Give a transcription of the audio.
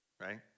right